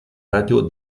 radio